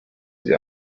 sie